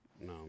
no